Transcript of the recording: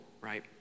right